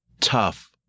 tough